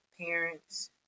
parents